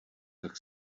tak